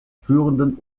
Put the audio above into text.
führenden